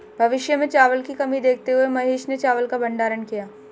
भविष्य में चावल की कमी देखते हुए महेश ने चावल का भंडारण किया